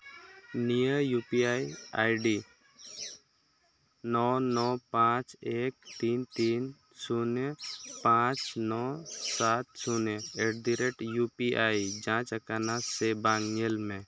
ᱱᱤᱭᱟᱹ U P I I D ᱱᱚ ᱱᱚ ᱯᱟᱸᱪ ᱮᱹᱠ ᱛᱤᱱ ᱛᱤᱱ ᱥᱩᱱᱱᱚ ᱯᱟᱸᱪ ᱱᱚ ᱥᱟᱛ ᱥᱩᱱᱱᱚ ᱮᱴᱫᱤᱨᱮᱴ ᱤᱭᱩ ᱯᱤ ᱟᱭ ᱡᱟᱪ ᱟᱠᱟᱱᱟ ᱥᱮ ᱵᱟᱝ ᱧᱮᱞ ᱢᱮ